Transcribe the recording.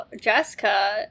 Jessica